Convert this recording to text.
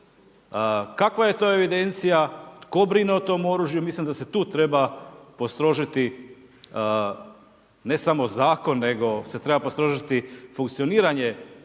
Kakva je to evidencija, tko brine o tom oružju? Mislim da se tu treba postrožiti ne samo zakon nego se treba postrožiti funkcioniranje